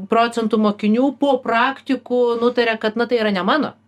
procentų mokinių po praktikų nutarė kad na tai yra ne mano